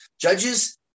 Judges